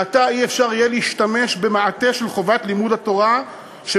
מעתה לא יהיה אפשר להשתמש במעטה של חובת לימוד התורה שמחייב